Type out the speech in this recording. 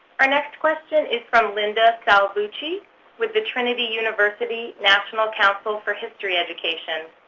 our next question is from linda salvucci with the trinity university national council for history education.